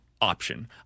option